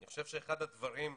אני חושב שאחד הדברים,